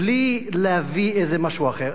בלי להביא איזה משהו אחר.